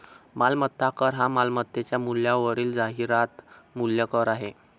मालमत्ता कर हा मालमत्तेच्या मूल्यावरील जाहिरात मूल्य कर आहे